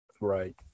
Right